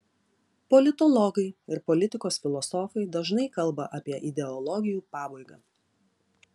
politologai ir politikos filosofai dažnai kalba apie ideologijų pabaigą